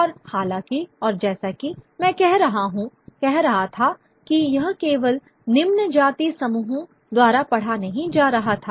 और हालांकि और जैसा कि मैं कह रहा था कि यह केवल निम्न जाति समूहों द्वारा पढ़ा नहीं जा रहा था